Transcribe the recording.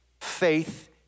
Faith